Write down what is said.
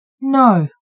No